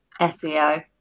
SEO